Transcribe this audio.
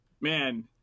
man